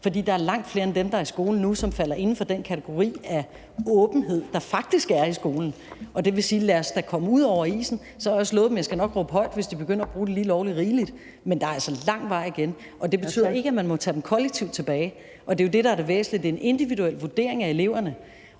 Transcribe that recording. fordi der er langt flere end dem, der er i skole nu, som falder inden for den kategori af åbenhed, der faktisk er i skolen. Og det vil sige: Lad os da komme ud over isen. Så har jeg også lovet dem, at jeg nok skal råbe højt, hvis de begynder at bruge det lige lovlig rigeligt. Men der er altså lang vej igen. Det betyder ikke, at man må tage dem kollektivt tilbage, og det er jo det, der er det væsentlige – det er en individuel vurdering af eleverne.